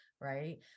right